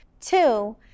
Two